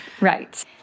Right